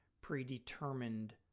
predetermined